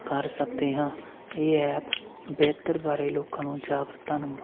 ਕਰ ਸਕਦੇ ਹਾਂ ਇਹ ਐਪ ਬਿਹਤਰ ਬਾਰੇ ਲੋਕਾਂ ਨੂੰ ਜਾਗਰੁਕਤਾ ਨੂੰ